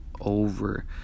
over